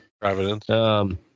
Providence